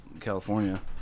California